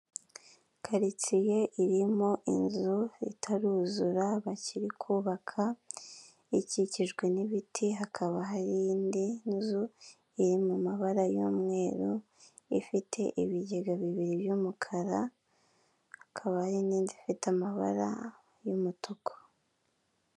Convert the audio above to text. Karitsiye irimo inzu itaruzura bakiri kubaka ikikijwe n'ibiti, hakaba hari indi nzu iri mu mabara y'umweru ifite ibigega bibiri by'umukara, hakaba hari n'inzu ifite amabara y'umutuku.